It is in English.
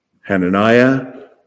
Hananiah